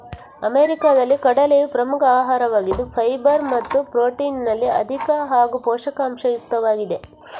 ಅಮೆರಿಕಾದಲ್ಲಿ ಕಡಲೆಯು ಪ್ರಮುಖ ಆಹಾರವಾಗಿದ್ದು ಫೈಬರ್ ಮತ್ತು ಪ್ರೊಟೀನಿನಲ್ಲಿ ಅಧಿಕ ಹಾಗೂ ಪೋಷಕಾಂಶ ಯುಕ್ತವಾಗಿದೆ